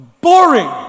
Boring